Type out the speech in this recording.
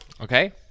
Okay